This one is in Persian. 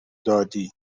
دادی